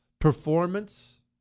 Performance